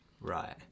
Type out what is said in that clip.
Right